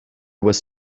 was